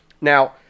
Now